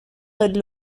del